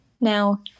Now